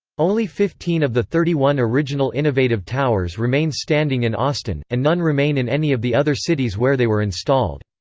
only fifteen of the thirty one original innovative towers remain standing in austin, and none remain in any of the other cities where they were installed.